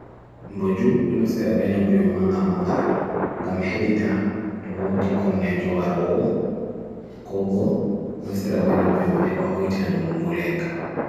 Mboju nus terabeno pe manga manga gam hedita to di konnejo ar o, gobo nus terabeno pe manheba hoitina do mngolenga.